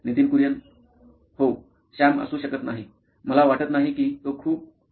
Nitin Kurian COO nine electronics हो Sam असू शकत नाही मला वाटत नाही की तो खूप असेल